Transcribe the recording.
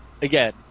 Again